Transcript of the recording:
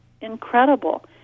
incredible